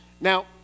Now